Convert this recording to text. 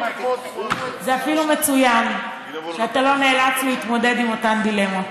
זה אפילו מצוין שאתה לא נאלץ להתמודד עם אותן דילמות.